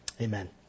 Amen